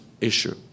issue